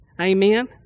Amen